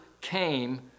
came